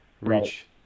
reach